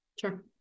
Sure